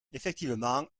effectivement